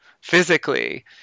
physically